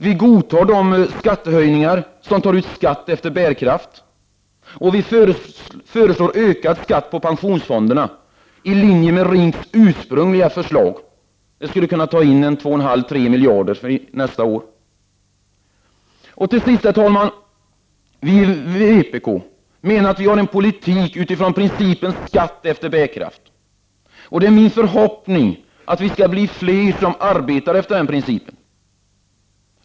Vi godtar de skattehöjningar som tar ut skatt efter bärkraft, och vi föreslår ökad skatt på pensionsfonderna i linje med RINK:s ursprungliga förslag. Det skulle ta in 2,5-3 miljarder nästa år. Herr talman! Vi i vpk menar att vi för en politik på basis av principen skatt efter bärkraft. Det är min förhoppning att vi skall bli fler som arbetar efter den principen.